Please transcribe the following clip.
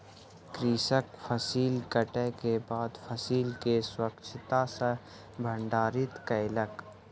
कृषक फसिल कटै के बाद फसिल के स्वच्छता सॅ भंडारित कयलक